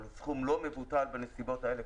אבל הוא סכום לא מבוטל בנסיבות האלה,